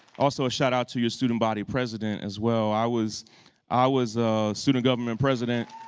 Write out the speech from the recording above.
also a shout out to your student body president as well. i was i was a student government president.